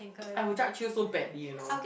I will judge you so badly you know